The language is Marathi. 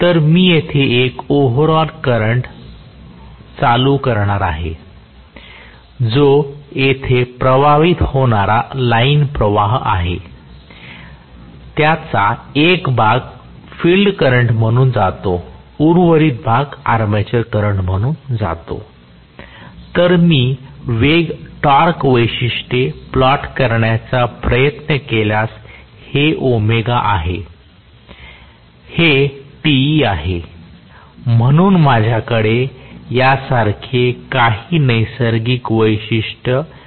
तर मी येथे एक ओव्हर ऑल करंट चालू करणार आहे जो येथे प्रवाहित होणारा लाइन प्रवाह आहे त्याचा एक भाग फिल्ड करंट म्हणून जातो उर्वरित भाग आर्मेचर करंट म्हणून जातो तर मी वेग टॉर्क वैशिष्ट्ये प्लॉट करण्याचा प्रयत्न केल्यास हे आहे हे Te आहे म्हणून माझ्याकडे यासारखे काही नैसर्गिक वैशिष्ट्य असू शकते